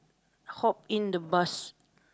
hop in the bus